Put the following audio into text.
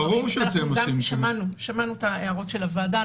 שמענו את הערות הוועדה.